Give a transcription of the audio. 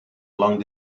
long